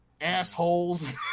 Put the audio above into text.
assholes